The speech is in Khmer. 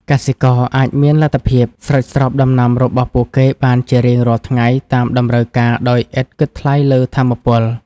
កសិករអាចមានលទ្ធភាពស្រោចស្រពដំណាំរបស់ពួកគេបានជារៀងរាល់ថ្ងៃតាមតម្រូវការដោយឥតគិតថ្លៃលើថាមពល។